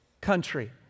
country